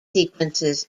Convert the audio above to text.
sequences